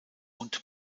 und